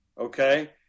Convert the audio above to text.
Okay